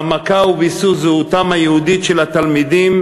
העמקה וביסוס זהותם היהודית של התלמידים